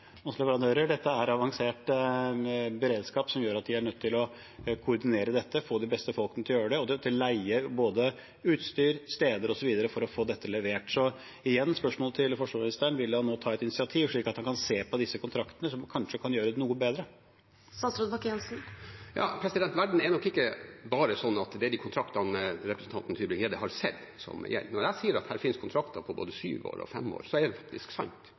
Dette er avansert beredskap som gjør at de er nødt til å koordinere dette, få de beste folkene til å gjøre det, og en leier både utstyr, steder osv. for å få dette levert. Så igjen et spørsmål til forsvarsministeren: Vil han ta et initiativ til å se på disse kontraktene, som kanskje kan gjøre det noe bedre? Verden er nok ikke bare slik at det er de kontraktene representanten Tybring-Gjedde har sett, som gjelder. Når jeg sier at det finnes kontrakter på både sju år og fem år, er det faktisk sant.